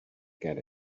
get